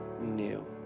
new